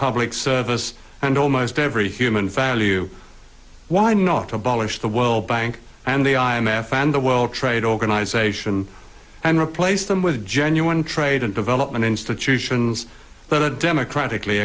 public service and almost every human value why not abolish the world bank and the i m f and the world trade organization and replace them with genuine trade and development institutions that are democratically